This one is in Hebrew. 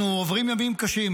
אנחנו עוברים ימים קשים,